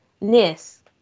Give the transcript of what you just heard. Ness